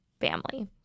family